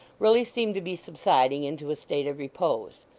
really seemed to be subsiding into a state of repose.